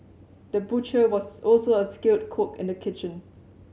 the butcher was also a skilled cook in the kitchen